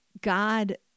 God